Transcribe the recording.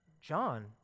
John